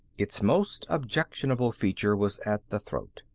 its most objectionable feature was at the throat.